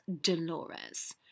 Dolores